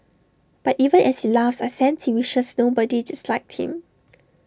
but even as he laughs I sense he wishes nobody disliked him